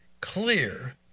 clear